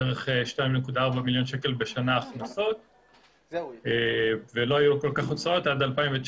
בערך 2.4 מיליון שקל בשנה הכנסות ולא היו כל כך הוצאות עד 2019,